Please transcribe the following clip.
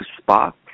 spot